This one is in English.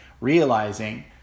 realizing